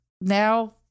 now